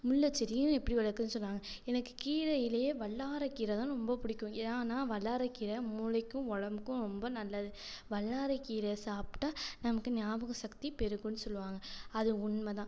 முல்லைச் செடியும் எப்படி வளர்க்கறதுன்னு சொன்னாங்கள் எனக்குக் கீரையிலயே வல்லாரைக் கீரை தான் ரொம்பப் பிடிக்கும் ஏன்னால் வல்லாரைக் கீரை மூளைக்கும் உடம்புக்கும் ரொம்ப நல்லது வல்லாரை கீரையை சாப்பிட்டால் நமக்கு ஞாபக சக்தி பெருகும்ன்னு சொல்லுவாங்கள் அது உண்மை தான்